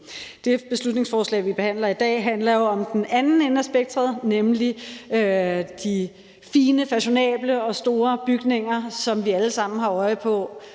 Det beslutningsforslag, vi behandler i dag, handler jo om den anden ende af spektret, nemlig de fine, fashionable og store bygninger, som vi alle sammen har øje på.